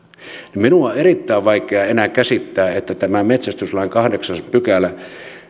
niin minun on erittäin vaikea käsittää että tämä metsästyslain kahdeksas pykälä